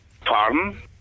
Pardon